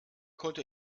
konnte